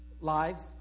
lives